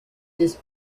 his